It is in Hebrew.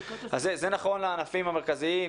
זה נכון לענפים המרכזיים,